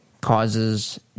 causes